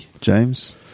James